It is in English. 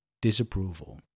Disapproval